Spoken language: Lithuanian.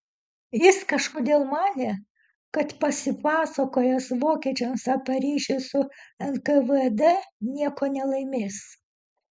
jis kažkodėl manė kad pasipasakojęs vokiečiams apie ryšį su nkvd nieko nelaimės